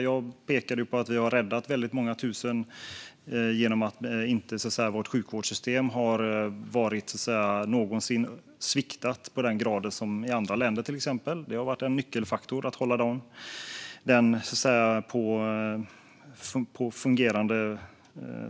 Jag pekade på att vi har räddat många tusen genom att vårt sjukvårdssystem inte någon gång har sviktat i den grad som varit fallet i andra länder. Att hålla det fungerande har varit en nyckelfaktor.